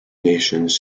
nations